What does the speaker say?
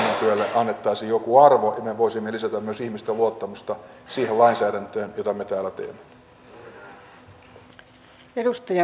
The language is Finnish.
silloin eduskunnan työlle annettaisiin joku arvo ja me voisimme lisätä myös ihmisten luottamusta siihen lainsäädäntöön jota me täällä teemme